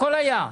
הכול היה.